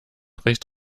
recht